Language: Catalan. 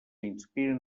inspiren